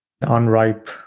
unripe